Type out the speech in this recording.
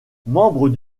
membre